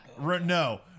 No